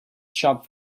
shop